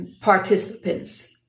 participants